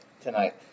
tonight